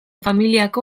familiako